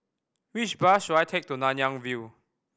which bus should I take to Nanyang View